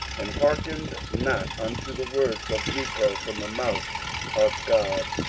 and hearkened not unto the words of necho from the mouth of god,